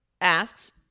asks